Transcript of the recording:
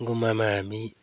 गुम्बामा हामी